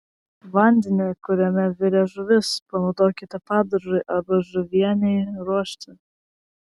vandenį kuriame virė žuvis panaudokite padažui arba žuvienei ruošti